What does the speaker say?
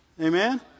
Amen